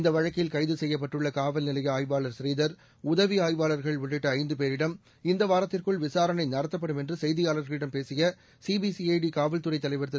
இந்த வழக்கில் கைது செய்யப்பட்டுள்ள காவல்நிலைய ஆய்வாளர் புரீதர் உதவி ஆய்வாளர்கள் உள்ளிட்ட ஐந்து பேரிடம் இந்த வாரத்திற்குள் விசாரணை நடத்தப்படும் என்று செய்தியாளர்களிடம் பேசிய சிபிசிஐடி காவல்துறை தலைவர் திரு